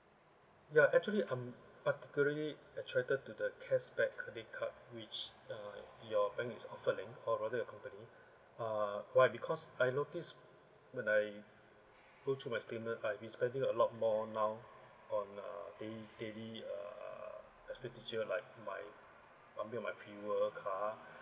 ya actually I'm particularly attracted to the cashback credit card which err your bank is offering or rather your company ah why because I notice when I go through my statement I've been spending a lot more now on uh day daily uh expenditure like my probably my vehicle car